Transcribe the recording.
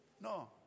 No